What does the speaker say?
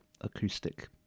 acoustic